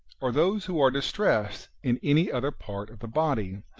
or those who are distressed in any other part of the body,